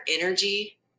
energy